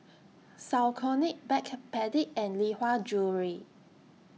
Saucony Backpedic and Lee Hwa Jewellery